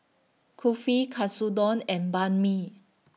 Kulfi Katsudon and Banh MI